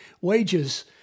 Wages